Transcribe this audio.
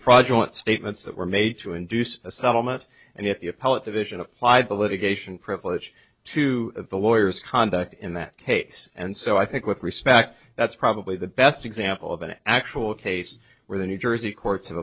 fraudulent statements that were made to induce a settlement and yet the appellate division applied the litigation privilege to the lawyers conduct in that case and so i think with respect that's probably the best example of an actual case where the new jersey courts have